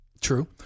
True